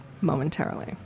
momentarily